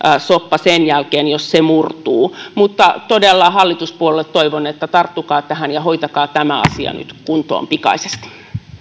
soppa sen jälkeen jos se murtuu mutta todella hallituspuolueilta toivon että tarttukaa tähän ja hoitakaa tämä asia nyt kuntoon pikaisesti